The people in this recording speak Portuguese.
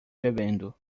bebendo